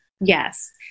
Yes